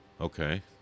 Okay